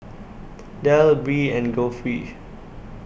Del Bree and Geoffrey